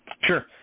Sure